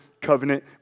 covenant